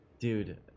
dude